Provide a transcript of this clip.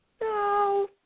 no